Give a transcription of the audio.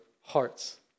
hearts